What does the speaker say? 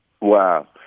Wow